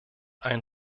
einen